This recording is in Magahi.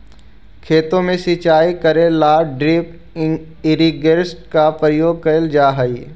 खेतों में सिंचाई करे ला ड्रिप इरिगेशन का प्रयोग करल जा हई